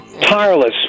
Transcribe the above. Tireless